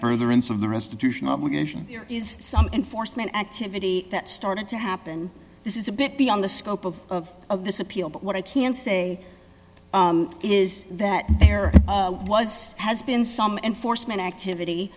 further in some of the restitution obligations there is some enforcement activity that started to happen this is a bit beyond the scope of this appeal but what i can say is that there was has been some enforcement activity